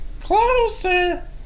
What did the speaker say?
Closer